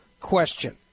question